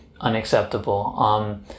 unacceptable